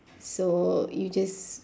so you just